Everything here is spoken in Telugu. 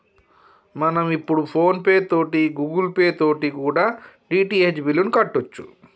మనం ఇప్పుడు ఫోన్ పే తోటి గూగుల్ పే తోటి కూడా డి.టి.హెచ్ బిల్లుని కట్టొచ్చు